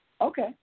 Okay